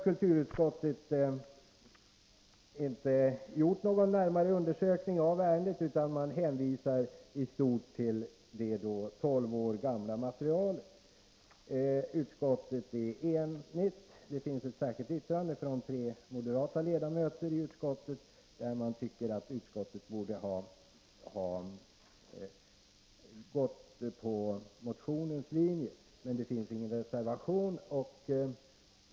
Kulturutskottet har inte gjort någon närmare undersökning av ärendet, utan hänvisar i stort till det tolv år gamla materialet. Utskottet är enigt. Det finns ett särskilt yttrande från tre moderata ledamöter, som tycker att utskottet borde ha gått på motionens linje, men det föreligger ingen reservation.